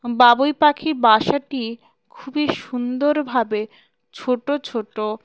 বাবুই পাখির বাসাটি খুবই সুন্দরভাবে ছোটো ছোটো